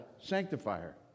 sanctifier